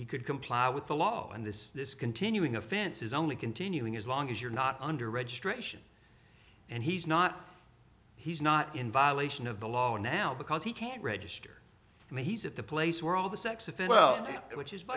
he could comply with the law and this this continuing offense is only continuing as long as you're not under registration and he's not he's not in violation of the law now because he can't register and he's at the place where all the sex offender well which is